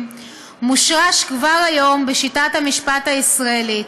מושרש כבר היום בשיטת המשפט הישראלית,